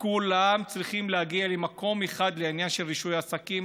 כולם צריכים להגיע למקום אחד בעניין של רישוי עסקים,